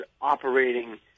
operating